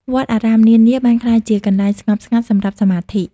វត្តអារាមនានាបានក្លាយជាកន្លែងស្ងប់ស្ងាត់សម្រាប់សមាធិ។